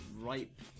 ripe